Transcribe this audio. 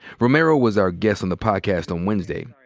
romero was our guest on the podcast on wednesday.